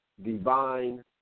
Divine